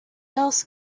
else